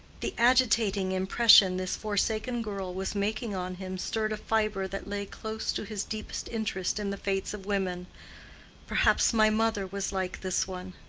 the agitating impression this forsaken girl was making on him stirred a fibre that lay close to his deepest interest in the fates of women perhaps my mother was like this one.